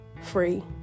free